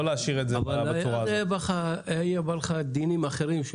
היה בא לך דינים אחרים,